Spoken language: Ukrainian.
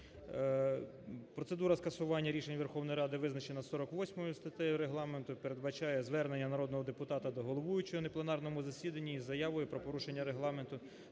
Процедура скасування рішень Верховної Ради визначена 48 статтею Регламенту і передбачає звернення народного депутата до головуючого на пленарному засідання із заявою про порушення Регламенту,